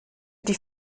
die